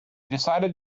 decided